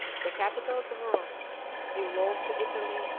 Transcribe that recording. the capital of the world give laws to italy,